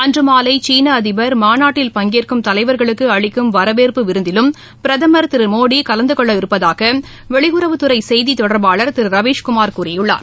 அன்று மாலை சீன அதிபர் மாநாட்டில் பங்கேற்கும் தலைவர்களுக்கு அளிக்கும் வரவேற்பு விருந்திலும் பிரதமர் திரு நரேந்திர மோடி கலந்தகொள்ள இருப்பதாக வெளியுறவுத்துறை செய்தித்தொடர்பாளர் திரு ரவீஷ் குமார் கூறியுள்ளார்